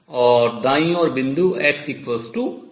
और दाईं ओर बिंदु xL है